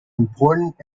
important